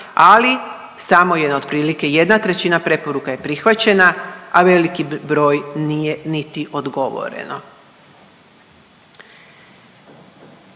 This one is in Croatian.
ali samo je na otprilike 1/3 preporuka je prihvaćena,, a veliki broj nije niti odgovoreno.